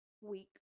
week